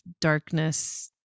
darkness